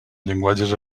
llenguatges